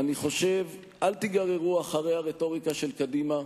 אל תיגררו אחרי הרטוריקה של קדימה,